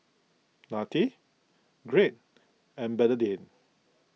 Nanette Greg and Bernardine